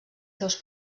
seus